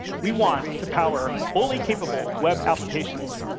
we want to power fully capable web applications,